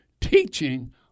teaching